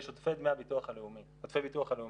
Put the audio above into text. יש עודפי ביטוח הלאומי.